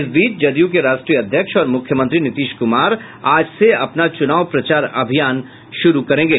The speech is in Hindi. इस बीच जदयू के राष्ट्रीय अध्यक्ष और मुख्यमंत्री नीतीश कुमार आज से अपना चुनाव प्रचार अभियान शुरू करेंगे